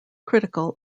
critical